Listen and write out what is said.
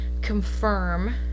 confirm